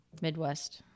Midwest